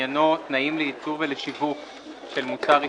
לעניין תנאים לייצור ולשיווק של מוצר טבק בטעמים.